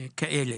כאלה.